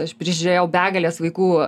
aš prižiūrėjau begales vaikų